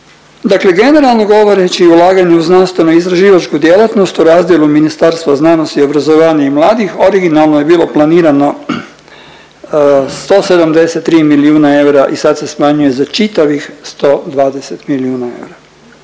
Dakle, generalno govoreći o ulaganju u znanstveno istraživačku djelatnost u razdjelu Ministarstva znanosti, obrazovanja i mladih originalno bi bilo planirano 173 milijuna eura i sad se smanjuje za čitavih 120 milijuna eura.